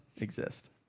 exist